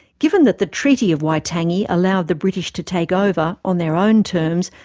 given that the treaty of waitangi allowed the british to take over, on their own terms,